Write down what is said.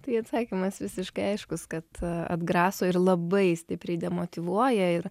tai atsakymas visiškai aiškus kad atgraso ir labai stipriai demotyvuoja ir